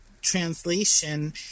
translation